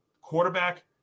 Quarterback